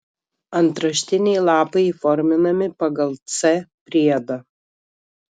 antraštiniai lapai įforminami pagal c priedą